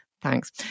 thanks